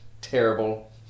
terrible